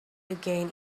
again